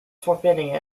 forbidding